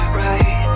right